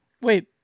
Wait